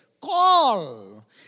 Call